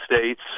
States